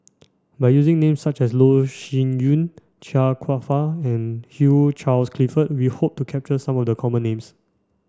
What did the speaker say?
by using names such as Loh Sin Yun Chia Kwek Fah and Hugh Charles Clifford we hope to capture some of the common names